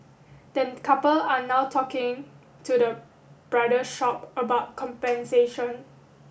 the couple are now talking to the bridal shop about compensation